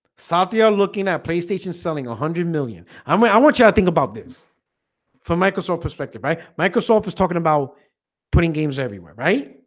south they are looking at playstations selling a hundred million i'm way i want you to think about this for microsoft perspective right microsoft is talking about putting games everywhere, right?